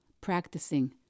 practicing